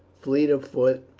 fleet of foot,